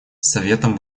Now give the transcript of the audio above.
советом